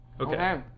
Okay